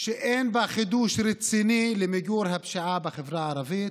ואין בה חידוש רציני למיגור הפשיעה בחברה הערבית.